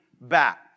back